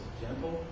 gentle